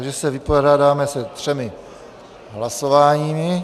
Takže se vypořádáme se třemi hlasováními.